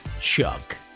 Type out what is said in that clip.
Chuck